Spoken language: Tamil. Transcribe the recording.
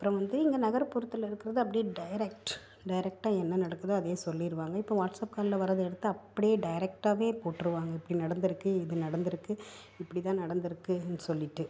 அப்புறம் வந்து இங்கே நகர்ப்புறத்தில் இருக்கிறது அப்படியே டேரெக்ட் டைரெக்டா என்ன நடக்குதோ அதையே சொல்லிடுவாங்க இப்போ வாட்ஸப் காலில் வர்றதை எடுத்து அப்படியே டைரெக்டாவே போட்டுருவாங்க இப்படி நடந்திருக்கு இது நடந்திருக்கு இப்படிதான் நடந்திருக்குன்னு சொல்லிட்டு